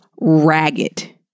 ragged